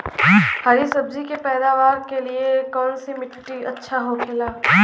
हरी सब्जी के पैदावार के लिए कौन सी मिट्टी अच्छा होखेला?